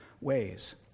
ways